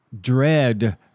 Dread